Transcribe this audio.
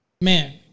man